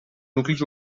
nuclis